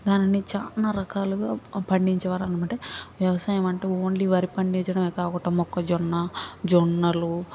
దానిని చాలా రకాలుగా పండించేవారు అనమాట వ్యవసాయం అంటే ఓన్లీ వరి పండించడమే కాకుండా మొక్కజొన్న జొన్నలు